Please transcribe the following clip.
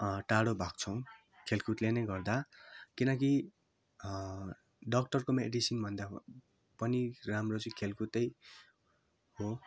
टाडो भाग्छौँ खेलकुदले नै गर्दा किनकि डाक्टरको मेडिसिनभन्दा पनि राम्रो चाहिँ खेलकुदै हो